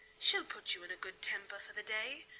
she'll put you in a good temper for the day,